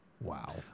Wow